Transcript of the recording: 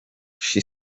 she